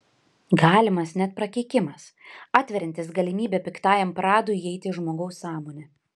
galimas net prakeikimas atveriantis galimybę piktajam pradui įeiti į žmogaus sąmonę